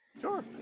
Sure